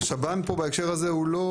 השב"ן פה בהקשר הזה הוא לא